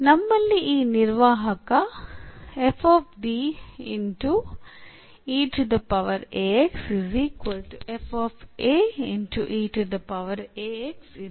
ನಮ್ಮಲ್ಲಿ ಈ ನಿರ್ವಾಹಕ ಇದೆ